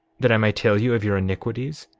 that i may tell you of your iniquities?